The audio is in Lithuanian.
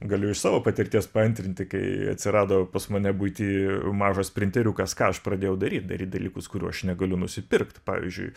galiu iš savo patirties paantrinti kai atsirado pas mane buity mažas printeriukas ką aš pradėjau daryt daryt dalykus kurių aš negaliu nusipirkt pavyzdžiui